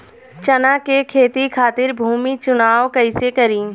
चना के खेती खातिर भूमी चुनाव कईसे करी?